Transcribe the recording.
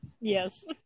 Yes